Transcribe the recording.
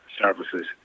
services